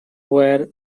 were